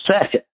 second